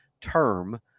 term